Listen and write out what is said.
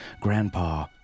Grandpa